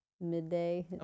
Midday